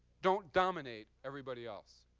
don't dominate everybody else,